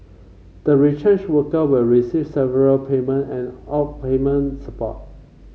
the retrenched worker will receive severance payment and outplacement support